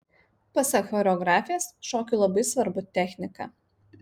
pasak choreografės šokiui labai svarbu technika